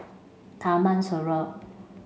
Taman Sireh